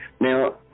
Now